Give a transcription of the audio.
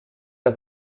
das